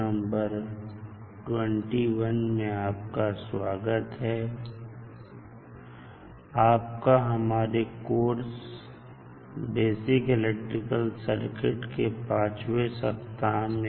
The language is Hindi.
नमस्कार स्वागत है आपका हमारे कोर्स बेसिक इलेक्ट्रिकल सर्किट के पांचवें सप्ताह में